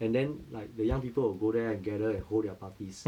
and then like the young people will go there and gather and hold their parties